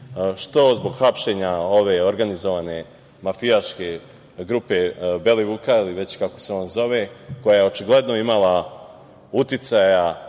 što zbog hapšenja ove organizovane, mafijaške grube Belivuka ili već kako se on zove, koja je očigledno imala uticaja